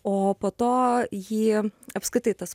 o po to jį apskritai tas